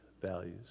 values